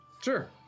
Sure